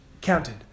counted